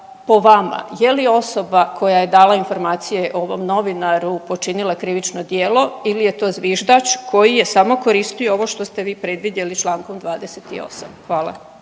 Po vama, je li osoba koja je dala informacije ovom novinaru počinila krivično djelo ili je to zviždač koji je samo koristio ovo što ste vi predvidjeli člankom 28. Hvala.